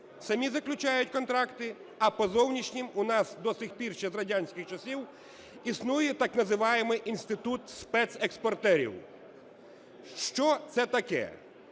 самі заключають контракти, а по зовнішнім у нас до сих пір ще з радянських часів існує так називаємий інститут спецекспортерів. Що це таке?